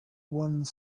one